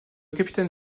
capitaine